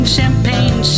Champagne